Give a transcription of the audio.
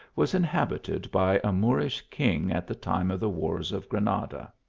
was inhabited by a moorish king at the time of the wars of granada.